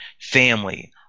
family